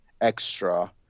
extra